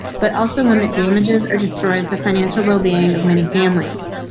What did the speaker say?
but also one that damages or destroys the financial well being of many families.